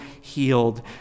healed